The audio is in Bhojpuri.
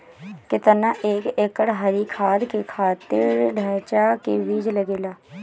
केतना एक एकड़ हरी खाद के खातिर ढैचा के बीज लागेला?